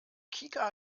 kika